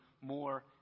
more